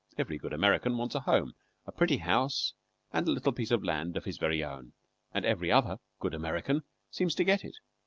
every good american wants a home a pretty house and a little piece of land of his very own and every other good american seems to get it.